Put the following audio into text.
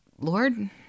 Lord